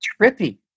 Trippy